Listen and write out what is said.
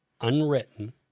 unwritten